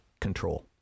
control